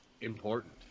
important